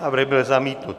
Návrh byl zamítnut.